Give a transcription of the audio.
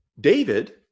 David